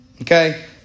Okay